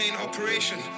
Operation